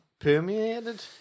permeated